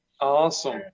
awesome